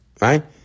right